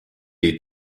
est